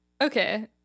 Okay